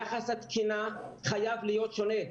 יחס התקינה חייב להיות שונה,